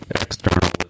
external